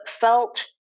felt